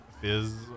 Fizz